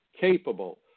capable